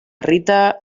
rita